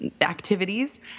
activities